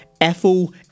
Ethel